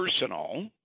personal